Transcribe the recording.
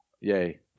Yay